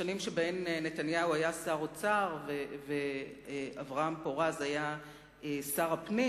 השנים שבהן נתניהו היה שר האוצר ואברהם פורז היה שר הפנים.